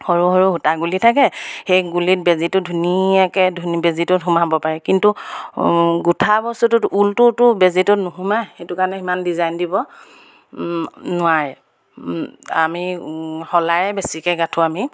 সৰু সৰু সূতা গুলি থাকে সেই গুলিত বেজীটো ধুনীয়াকৈ ধুনী বেজীটোত সোমাব পাৰে কিন্তু গোঁঠা বস্তুটোত ঊলটোতো বেজিটোত নোসোমাই সেইটো কাৰণে সিমান ডিজাইন দিব নোৱাৰে আমি শলাৰে বেছিকৈ গাঠোঁ আমি